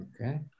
okay